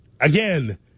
again